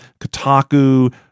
Kotaku